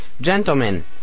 Gentlemen